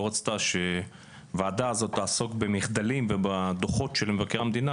רצתה שהוועדה הזאת תעסוק במחדלים ובדוחות של מבקר המדינה,